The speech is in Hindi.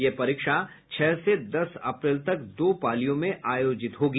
यह परीक्षा छह से दस अप्रैल तक दो पालियों में आयोजित होगी